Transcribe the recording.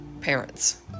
parents